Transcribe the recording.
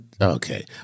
Okay